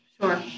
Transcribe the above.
Sure